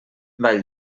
ball